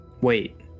Wait